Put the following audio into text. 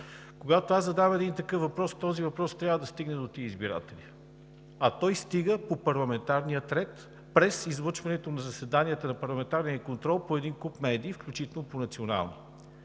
Когато задам един такъв въпрос, той трябва да стигне до тези избиратели, а той стига по парламентарния ред през излъчването на заседанията за парламентарен контрол по един куп медии, включително по национални.